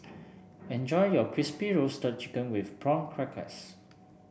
enjoy your Crispy Roasted Chicken with Prawn Crackers